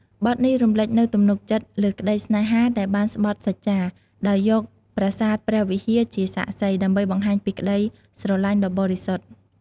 បទនេះរំលេចនូវទំនុកចិត្តលើក្តីស្នេហាដែលបានស្បថសច្ចា ដោយយកប្រាសាទព្រះវិហារជាសាក្សី ដើម្បីបង្ហាញពីក្តីស្រឡាញ់ដ៏បរិសុទ្ធ។